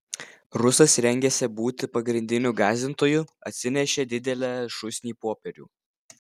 rusas rengėsi būti pagrindiniu gąsdintoju atsinešė didelę šūsnį popierių